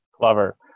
clever